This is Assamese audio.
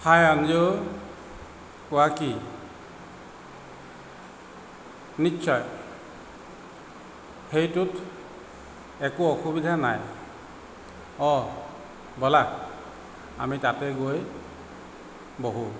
হাই অঞ্জু কোৱা কি নিশ্চয় সেইটোত একো অসুবিধা নাই অঁ ব'লা আমি তাতেই গৈ বহোঁ